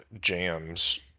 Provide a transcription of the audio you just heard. jams